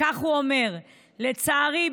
כך הוא אומר: לצערי,